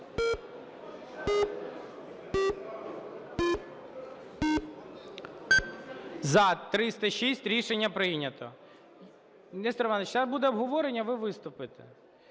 За-306 Рішення прийнято. Нестор Іванович, сейчас буде обговорення, ви виступите.